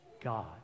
God